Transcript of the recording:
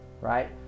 right